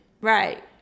Right